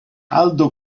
aldo